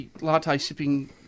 latte-sipping